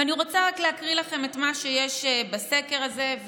ואני רוצה רק להקריא לכם את מה שיש בסקר הזה,